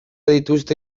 dituzte